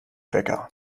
wecker